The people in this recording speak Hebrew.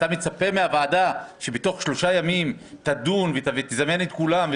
מצפה מן הוועדה שבתוך שלושה ימים היא תדון ותזמן את כולם?